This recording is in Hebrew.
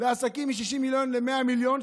לעסקים מ-60 מיליון ל-100 מיליון,